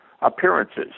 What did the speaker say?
appearances